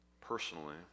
Personally